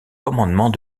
commandement